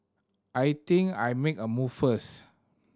I think I make a move first